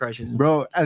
Bro